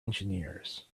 engineers